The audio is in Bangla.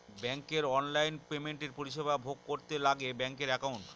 ব্যাঙ্কের অনলাইন পেমেন্টের পরিষেবা ভোগ করতে লাগে ব্যাঙ্কের একাউন্ট